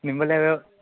ನಿಮ್ಮಲ್ಲೆ ಅದಾವೆ